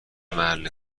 محل